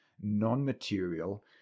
non-material